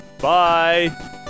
Bye